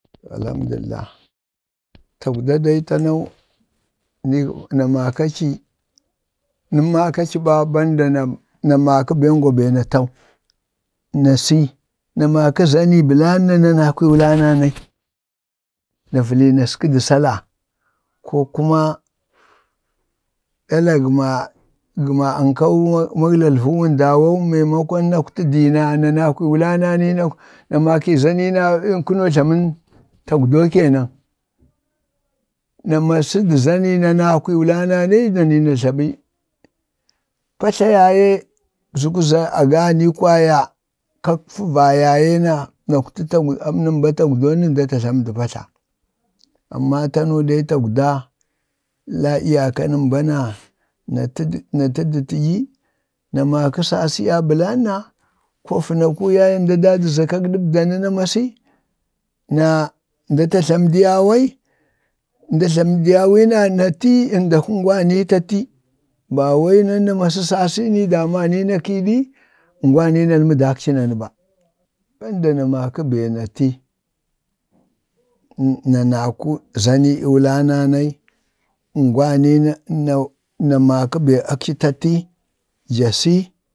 to alhamdulillah, tagwda dai tanau niyu na maka ci, nəmmakaci ɓa banda na namaka bəngwa bee na tau, nasi, na mako zanii bəlanna na nakwii ii ulananai, na valii naska da sala ko kuma ɗala gana gana nkau maglalvən wun dawau, mamakoŋ nakwti dina na nahwii wlanani na makii zani naŋ kəno tlamiyaniŋ tagwdoo kenam na masədə zani na nakwhiiwlana nai na tlabə. patla tla yaye əbzəki za a ganii kwaya ƙak fəva yaye na nakwti tagwdoo nəm ba tagwdoo na ta tlama də patla. amma tanuu dai tagwda, illa iyaka nəmba n nata də natədə taɗyi, na namakə sasi yaye blanna, ko vənaku yaye mda daadu za kak ɗabda nan namasi na mda ta tlamədiya awai, mda tlamədi ya awil na nati, mdak kuŋgwani ta li ba wuɓ nan namasi sasi nii damani na kiɗi, ngwani nalmədakci nan bi baada na makə bee na ti nə nanakwə zani iiwla nanai ngwani na maka be akci ta ti, ja si